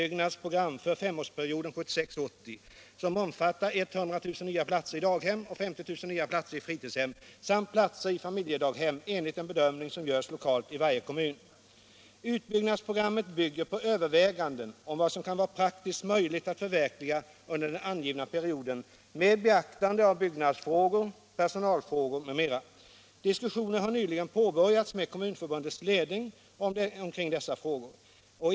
grammet för barnomsorgen på överväganden om vad som kan vara praktiskt möjligt att förverkliga under den angivna perioden med beaktande av byggnadsfrågor, personalfrågor m.m. Diskussioner har nyligen påbörjats med Kommunförbundets ledning omkring dessa frågor.